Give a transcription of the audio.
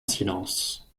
silence